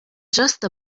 just